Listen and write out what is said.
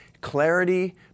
Clarity